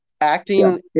acting